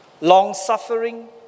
long-suffering